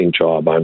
job